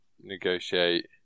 negotiate